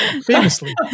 famously